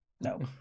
No